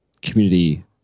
community